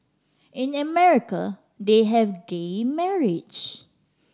in America they have gay marriage